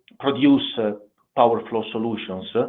produce ah power flow solutions.